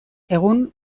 egun